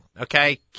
Okay